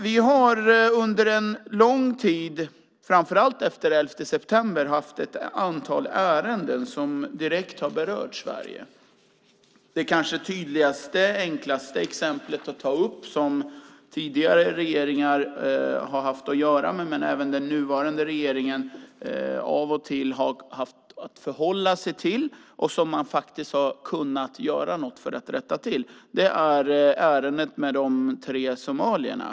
Vi har under en lång tid, framför allt efter elfte september, haft ett antal ärenden som direkt har berört Sverige. Det kanske tydligaste och enklaste exemplet att ta upp, som tidigare regeringar har haft att göra med men som även den nuvarande regeringen av och till har haft att förhålla sig till och faktiskt har kunnat göra något för att rätta till, är ärendet med de tre somalierna.